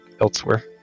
elsewhere